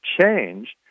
change